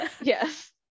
yes